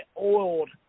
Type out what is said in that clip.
oiled